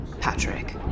Patrick